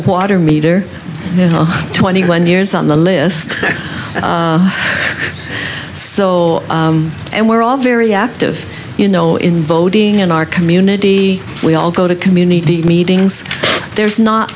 water meter twenty one years on the list so and we're all very active you know in voting in our community we all go to community meetings there's not